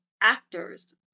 actors